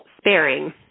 sparing